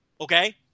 okay